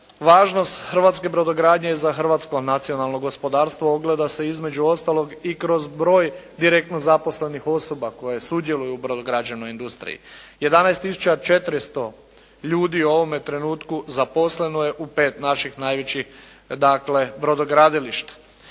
važnost hrvatske brodogradnje za hrvatsko nacionalno gospodarstvo ogleda se između ostaloga i kroz broj direktno zaposlenih osoba koje sudjeluju u brodograđevnoj industriji. 11 tisuća 400 ljudi u ovome trenutku zaposleno je u pet naših najvećih dakle, brodogradilišta.